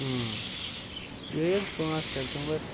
یِہوٚے حظ پانٛژھ سٮ۪پٹمبَر